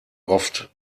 oft